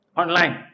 online